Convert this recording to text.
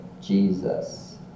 Jesus